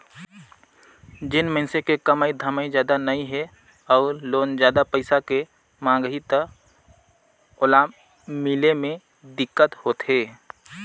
जेन मइनसे के कमाई धमाई जादा नइ हे अउ लोन जादा पइसा के मांग ही त ओला मिले मे दिक्कत होथे